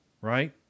right